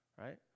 right